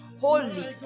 holy